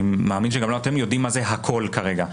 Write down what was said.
מאמין שגם לא אתם יודעים מה זה הכול כרגע.